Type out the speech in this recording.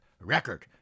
record